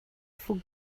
for